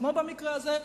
כמו במקרה הזה,